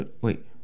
wait